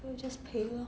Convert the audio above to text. then 我就 just 陪 lor